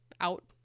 out